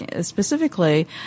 specifically